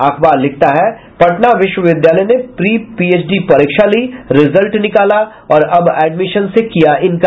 अखबार लिखता है पटना विश्वविद्यालय ने प्री पीएचडी परीक्षा ली रिजल्ट निकाला और अब एडमिशन से किया इंकार